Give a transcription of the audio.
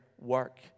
work